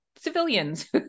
civilians